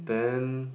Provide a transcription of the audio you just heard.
then